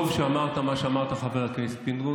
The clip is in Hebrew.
טוב שאמרת מה שאמרת, חבר הכנסת פינדרוס,